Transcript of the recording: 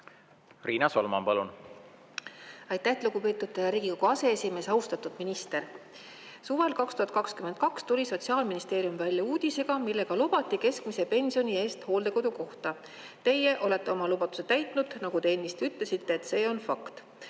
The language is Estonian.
Riina Solman, palun! Aitäh, lugupeetud Riigikogu aseesimees! Austatud minister! Suvel 2022 tuli Sotsiaalministeerium välja uudisega, millega lubati keskmise pensioni eest hooldekodukohta. Teie olete oma lubaduse täitnud, nagu te ennist ütlesite, et see on fakt.